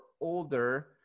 older